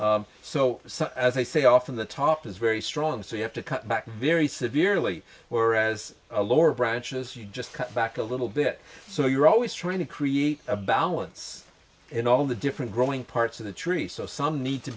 back so as i say often the top is very strong so you have to cut back very severely whereas a lower branches you just cut back a little bit so you're always trying to create a balance in all the different growing parts of the tree so some need to